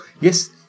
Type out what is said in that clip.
yes